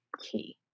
key